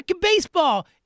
baseball